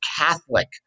Catholic